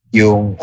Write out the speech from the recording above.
yung